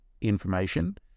information